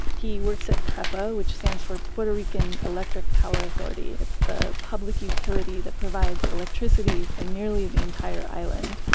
he works at prepa which stands for puerto rican electric power authority, it's the public utility that provides electricity for nearly the entire island.